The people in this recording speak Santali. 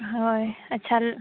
ᱦᱳᱭ ᱟᱪᱪᱷᱟ